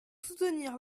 soutenir